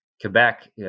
Quebec